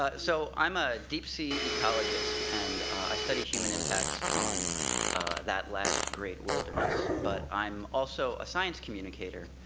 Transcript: ah so i'm a deep sea ecologist, and i study human impacts on that last great wilderness. but i'm also a science communicator,